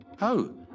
Oh